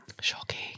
Shocking